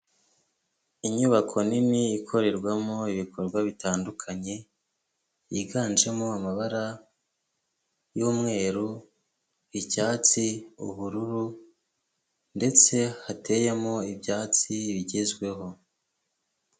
Inyubako nini ikorerwamo ibikorwa bitandukanye, yiganjemo amabara y'umweru, icyatsi, ubururu ndetse hateyemo ibyatsi bigezweho.